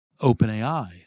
OpenAI